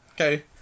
Okay